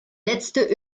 letzte